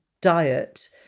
diet